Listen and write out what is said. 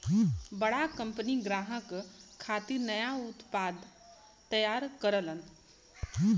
बड़ा कंपनी ग्राहक खातिर नया उत्पाद तैयार करलन